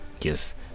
Yes